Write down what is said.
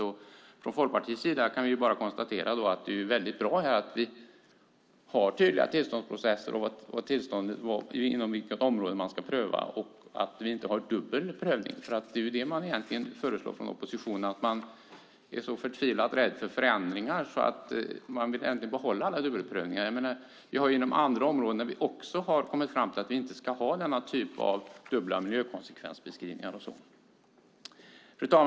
Vi i Folkpartiet kan bara konstatera att det är väldigt bra att ha tydliga tillståndsprocesser och tillstånd inom de områden där det ska prövas. Det är bra att vi inte har dubbel prövning som oppositionen egentligen föreslår. Man är så förtvivlat rädd för förändringar att man vill behålla systemet med dubbelprövning. Men det finns ju andra områden där vi har kommit fram till att inte ha nämnda typ av dubbla miljökonsekvensbeskrivningar och sådant. Fru talman!